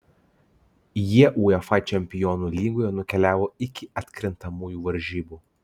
jie uefa čempionų lygoje nukeliavo iki atkrintamųjų varžybų